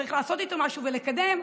צריך לעשות איתו משהו ולקדם,